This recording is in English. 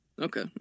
Okay